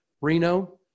Reno